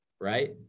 right